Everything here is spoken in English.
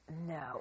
No